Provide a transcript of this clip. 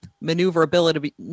maneuverability